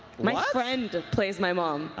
my friend plays my mom.